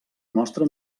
nostre